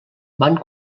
van